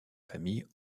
familles